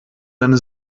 deine